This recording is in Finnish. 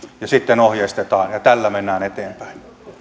ja sitten ohjeistetaan ja tällä mennään eteenpäin